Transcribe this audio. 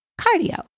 cardio